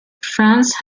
france